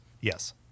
Yes